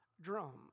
drum